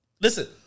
Listen